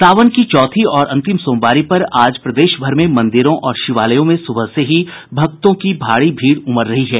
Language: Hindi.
सावन की चौथी और अंतिम सोमवारी पर आज प्रदेश भर में मंदिरों और शिवालयों में सुबह से ही भक्तों की भारी भीड़ उमड़ रही है